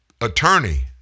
attorney